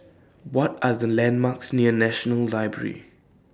What Are The landmarks near National Library